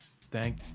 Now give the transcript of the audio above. Thank